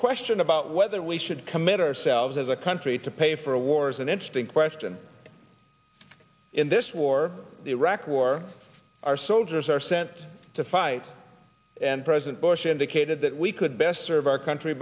question about whether we should commit ourselves as a country to pay for a wars an interesting question in this war the iraq war our soldiers are sent to fight and president bush indicated that we could best serve our country